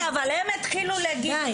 אני שאלתי, אבל הם התחילו להגיב.